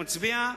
מצביע,